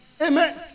Amen